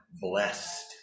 blessed